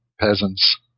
peasants